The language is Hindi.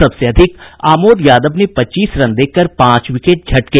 सबसे अधिक आमोद यादव ने पच्चीस रन देकर पांच विकेट झटके